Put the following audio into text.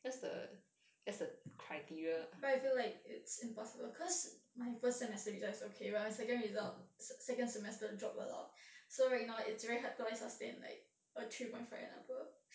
but I feel like it's impossible cause my first semester result is okay but my second result second semester dropped a lot so right now it's very hard to like sustain like a three point five and above